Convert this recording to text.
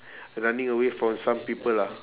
running away from some people ah